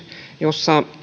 jossa